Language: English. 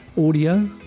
audio